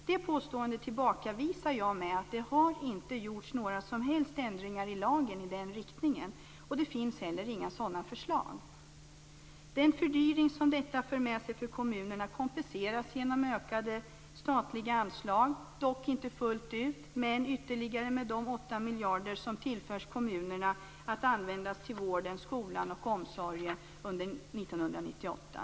Jag tillbakavisar det påståendet med att säga att det inte har gjorts några som helst ändringar i lagen i den riktningen. Det finns inte heller några sådana förslag. Den fördyring som detta för med sig för kommunerna kompenseras genom ökade statliga anslag, dock inte fullt ut, samt med de ytterligare 8 miljarder kronor som tillförs kommunerna att användas till vården, skolan och omsorgen under 1998.